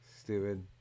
Stupid